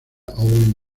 owen